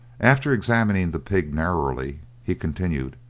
after examining the pig narrowly he continued,